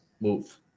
move